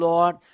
Lord